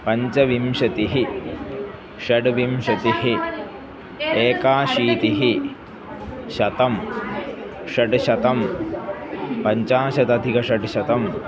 पञ्चविंशतिः षड्विंशतिः एकाशीतिः शतं षड्शतं पञ्चशताधिकषट्शतम्